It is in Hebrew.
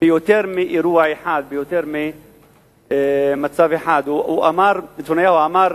ביותר מאירוע אחד, ביותר ממצב אחד, נתניהו אמר